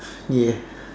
yes